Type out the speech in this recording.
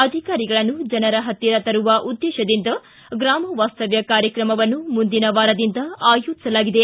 ಅಧಿಕಾರಿಗಳನ್ನು ಜನರ ಪತ್ತಿರ ತರುವ ಉದ್ದೇಶದಿಂದ ಗ್ರಾಮ ವಾಸ್ತವ್ಯ ಕಾರ್ಯಕ್ರಮವನ್ನು ಮುಂದಿನ ವಾರದಿಂದ ಆಯೋಜಿಸಲಾಗಿದೆ